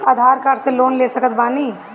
आधार card से loan ले सकत बणी?